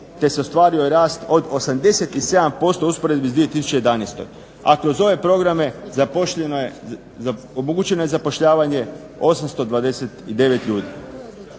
te se ostvario rast od 87% u usporedbi s 2011. a kroz ove programe omogućeno je zapošljavanje 829 ljudi.